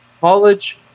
College